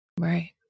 Right